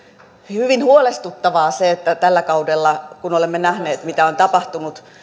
hyvin huolestuttavaa se että tällä kaudella olemme nähneet mitä on tapahtunut